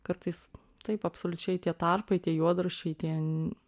kartais taip absoliučiai tie tarpai tie juodraščiai tie